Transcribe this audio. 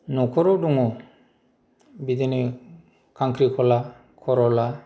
न'खराव दङ बिदिनो खांख्रिखला खरला